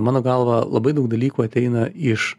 mano galva labai daug dalykų ateina iš